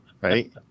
Right